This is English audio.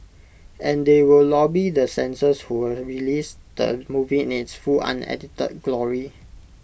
and they will lobby the censors who will release the movie in its full unedited glory